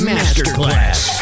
Masterclass